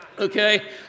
Okay